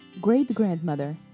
great-grandmother